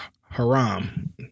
Haram